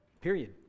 Period